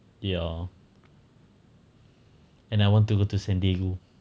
ya and I want to go to san diego